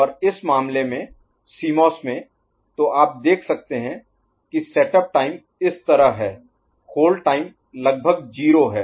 और इस मामले में सीमॉस में तो आप देख सकते हैं कि सेटअप टाइम इस तरह है होल्ड टाइम लगभग 0 है